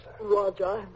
Roger